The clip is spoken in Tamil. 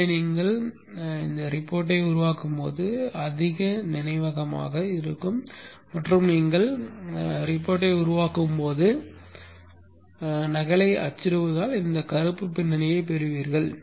எனவே நீங்கள் ஆவணத்தை உருவாக்கும் போது அதிக நினைவகமாக இருக்கும் மற்றும் நீங்கள் ஆவணத்தை உருவாக்கும் போது நகலை அச்சிடுவதால் இந்த கருப்பு பின்னணியைப் பெறுவீர்கள்